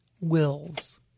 wills